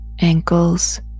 ankles